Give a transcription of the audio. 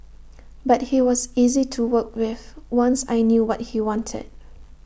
but he was easy to work with once I knew what he wanted